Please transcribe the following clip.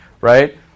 right